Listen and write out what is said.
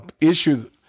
issue